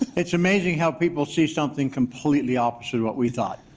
it's amazing how people see something completely opposite of what we thought.